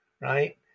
Right